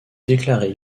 déclarée